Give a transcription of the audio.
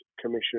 Commission